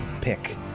pick